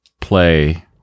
play